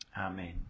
Amen